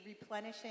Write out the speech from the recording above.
replenishing